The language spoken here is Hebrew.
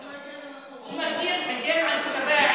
הוא מגן על תושבי העיר.